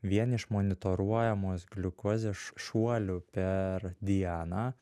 vien iš monitoruojamos gliukozės šuolių per dianą